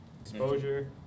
exposure